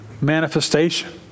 manifestation